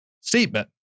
statement